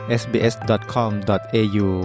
sbs.com.au